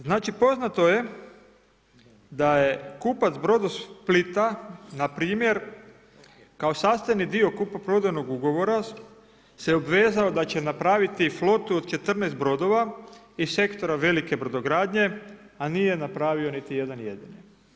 Znači poznato je da je kupac Brodosplita npr. kao sastavni dio kupoprodajnog ugovora se obvezao da će napraviti flotu od 14 brodova iz sektora velike brodogradnje, a nije napravio niti jedan jedini.